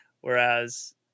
Whereas